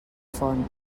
font